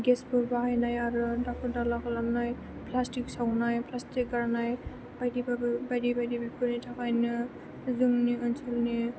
गेसफोर बाहायनाय आरो दाखोर दाला खालामनाय फ्लासथिख सावनाय फ्लासथिख गारनाय बायदि बायदि बेफोरनि थाखायनो जोंनि ओनसोलनि